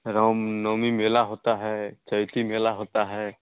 रामनवमी मेला होता है चैती मिला होता है